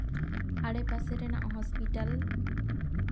ᱟᱰᱮ ᱯᱟᱥᱮ ᱨᱮᱱᱟᱜ ᱦᱚᱥᱯᱤᱴᱟᱞ